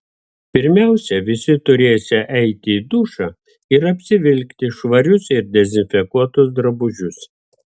pirmiausia visi turėsią eiti į dušą ir apsivilkti švarius ir dezinfekuotus drabužius